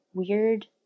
weird